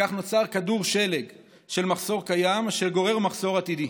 כך נוצר כדור שלג של מחסור קיים אשר גורר מחסור עתידי.